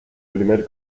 primer